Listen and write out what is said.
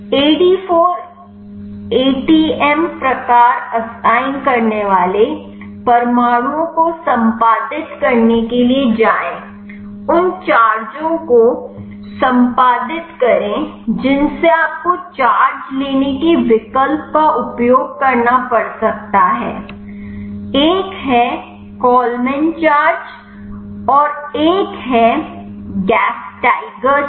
AD4 atom प्रकार assign करने वाले परमाणुओं को संपादित करने के लिए जाएं उन चार्जों को संपादित करें जिनसे आपको चार्ज लेने के विकल्प का उपयोग करना पड़ सकता है एक है कोलमैन चार्ज और एक है गस्टिगर चार्ज